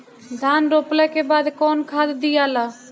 धान रोपला के बाद कौन खाद दियाला?